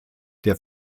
der